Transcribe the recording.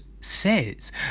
Says